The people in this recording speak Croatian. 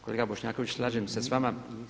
Kolega Bošnjaković, slažem se s vama.